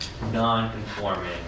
non-conforming